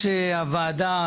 יושב-ראש הוועדה,